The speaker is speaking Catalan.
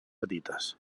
petites